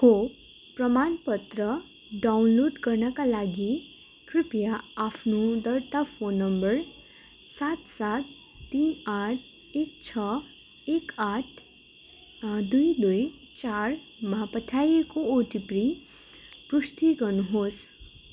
खोप प्रमाण पत्र डाउनलोड गर्नाका लागि कृपया आफ्नो दर्ता फोन नम्बर सात सात तिन आठ एक छ एक आठ दुई दुई चारमा पठाइएको ओटिपी प्रविष्ट गर्नु होस्